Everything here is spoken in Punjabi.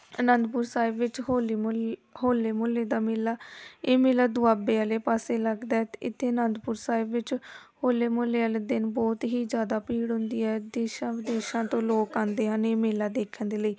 ਅਨੰਦਪੁਰ ਸਾਹਿਬ ਵਿੱਚ ਹੋਲੇ ਮੁਹ ਹੋਲੇ ਮੁਹੱਲੇ ਦਾ ਮੇਲਾ ਇਹ ਮੇਲਾ ਦੁਆਬੇ ਵਾਲੇ ਪਾਸੇ ਲੱਗਦਾ ਹੈ ਅਤੇ ਇੱਥੇ ਅਨੰਦਪੁਰ ਸਾਹਿਬ ਵਿੱਚ ਹੋਲੇ ਮੁਹੱਲੇ ਵਾਲੇ ਦਿਨ ਬਹੁਤ ਹੀ ਜ਼ਿਆਦਾ ਭੀੜ ਹੁੰਦੀ ਹੈ ਦੇਸ਼ਾਂ ਵਿਦੇਸ਼ਾਂ ਲੋਕ ਆਉਂਦੇ ਹਨ ਇਹ ਮੇਲਾ ਦੇਖਣ ਦੇ ਲਈ